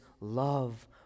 love